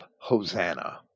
Hosanna